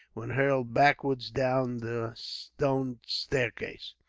when hurled backwards down the stone staircase.